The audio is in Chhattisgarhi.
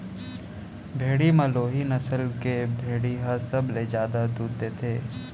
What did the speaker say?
भेड़ी म लोही नसल के भेड़ी ह सबले जादा दूद देथे